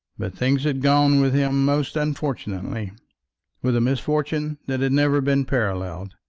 but things had gone with him most unfortunately with a misfortune that had never been paralleled.